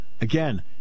again